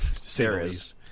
series